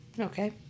Okay